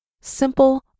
simple